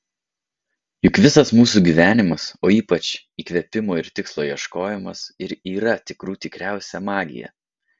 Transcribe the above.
juk visas mūsų gyvenimas o ypač įkvėpimo ir tikslo ieškojimas ir yra tikrų tikriausia magija